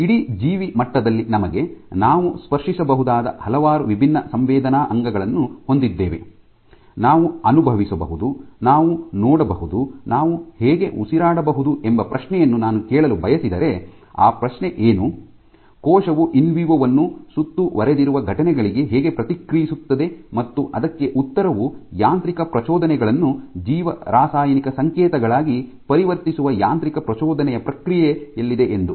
ಇಡೀ ಜೀವಿ ಮಟ್ಟದಲ್ಲಿ ನಮಗೆ ನಾವು ಸ್ಪರ್ಶಿಸಬಹುದಾದ ಹಲವಾರು ವಿಭಿನ್ನ ಸಂವೇದನಾ ಅಂಗಗಳನ್ನು ಹೊಂದಿದ್ದೇವೆ ನಾವು ಅನುಭವಿಸಬಹುದು ನಾವು ನೋಡಬಹುದು ನಾವು ಹೀಗೆ ಉಸಿರಾಡಬಹುದು ಎಂಬ ಪ್ರಶ್ನೆಯನ್ನು ನಾನು ಕೇಳಲು ಬಯಸಿದರೆ ಆ ಪ್ರಶ್ನೆ ಏನು ಕೋಶವು ಇನ್ವಿವೊ ವನ್ನು ಸುತ್ತುವರೆದಿರುವ ಘಟನೆಗಳಿಗೆ ಹೇಗೆ ಪ್ರತಿಕ್ರಿಯಿಸುತ್ತದೆ ಮತ್ತು ಅದಕ್ಕೆ ಉತ್ತರವು ಯಾಂತ್ರಿಕ ಪ್ರಚೋದನೆಗಳನ್ನು ಜೀವರಾಸಾಯನಿಕ ಸಂಕೇತಗಳಾಗಿ ಪರಿವರ್ತಿಸುವ ಯಾಂತ್ರಿಕ ಪ್ರಚೋದನೆಯ ಪ್ರಕ್ರಿಯೆಯಲ್ಲಿದೆ ಎಂದು